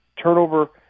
turnover